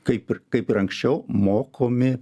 kaip ir kaip ir anksčiau mokomi